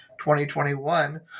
2021